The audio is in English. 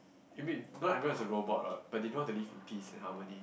you mean not everyone is a robot what but they know how to live in peace and harmony